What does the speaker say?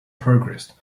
progressed